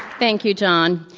thank you, john.